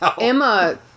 Emma